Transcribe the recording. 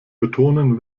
betonen